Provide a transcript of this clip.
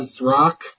rock